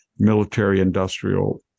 military-industrial